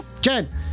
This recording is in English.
Jen